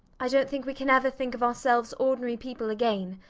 i dont think we can ever think of ourselves ordinary people again.